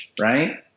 right